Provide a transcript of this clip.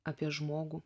apie žmogų